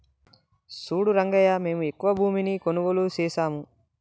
సూడు రంగయ్యా మేము ఎక్కువ భూమిని కొనుగోలు సేసాము